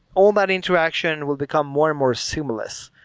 all that interaction will become more and more seamless.